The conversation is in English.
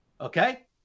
Okay